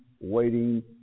waiting